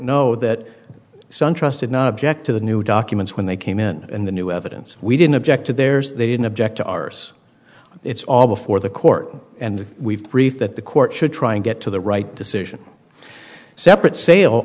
know that suntrust did not object to the new documents when they came in and the new evidence we didn't object to theirs they didn't object to arse it's all before the court and we've brief that the court should try and get to the right decision separate sale